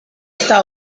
esta